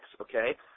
okay